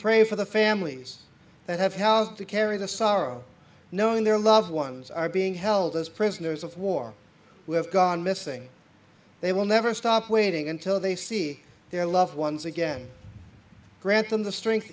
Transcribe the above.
pray for the families that have housed to carry the sorrow knowing their loved ones are being held as prisoners of war who have gone missing they will never stop waiting until they see their loved ones again grant them the strength